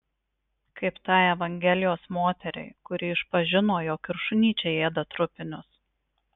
kaip tai evangelijos moteriai kuri išpažino jog ir šunyčiai ėda trupinius